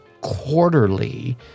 quarterly